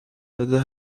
زده